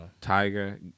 Tiger